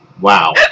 wow